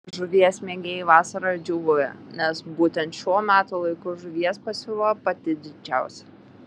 žuvies mėgėjai vasarą džiūgauja nes būtent šiuo metų laiku žuvies pasiūla pati didžiausia